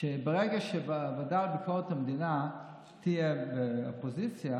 ברגע שבוועדה לביקורת המדינה תהיה אופוזיציה